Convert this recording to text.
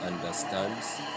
understands